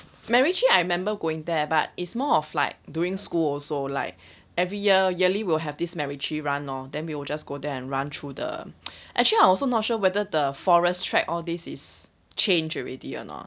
macritchie I remember going there but is more of like doing school also lah like every year yearly will have this macritchie run lor then we will just go there and run through the actually I also not sure whether the forest trek all this is change already or not